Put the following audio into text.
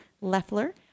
Leffler